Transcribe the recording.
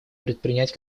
предпринять